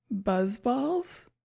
Buzzballs